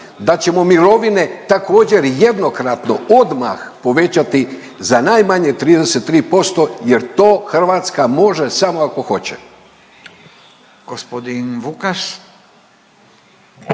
da ćemo mirovine također jednokratno odmah povećati za najmanje 33% jer to Hrvatska može samo ako hoće.